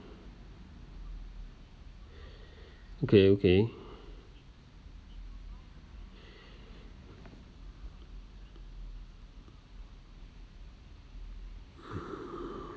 okay okay